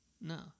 No